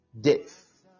death